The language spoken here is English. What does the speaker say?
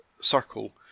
circle